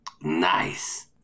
Nice